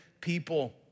people